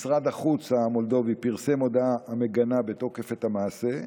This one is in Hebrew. משרד החוץ המולדובי פרסם הודעה המגנה בתוקף את המעשה.